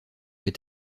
les